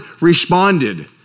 responded